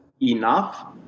enough